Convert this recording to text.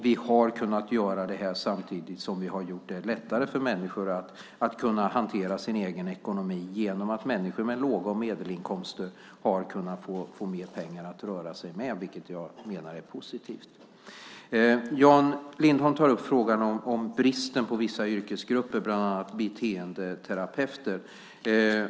Vi har kunnat göra det här samtidigt som vi har gjort det lättare för människor att kunna hantera sin egen ekonomi genom att människor med låga och medelinkomster har kunnat få mer pengar att röra sig med, vilket jag menar är positivt. Jan Lindholm tar upp frågan om bristen i vissa yrkesgrupper, bland annat beteendeterapeuter.